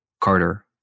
Carter